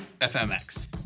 FMX